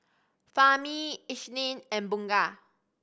Fahmi Isnin and Bunga